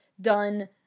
done